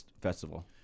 festival